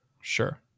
Sure